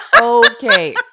Okay